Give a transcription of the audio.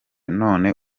none